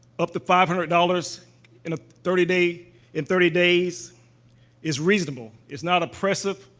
up to five hundred dollars in a thirty day in thirty days is reasonable. it's not oppressive.